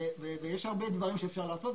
ויש הרבה דברים שאפשר לעשות.